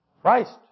Christ